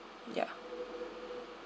ya